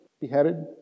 beheaded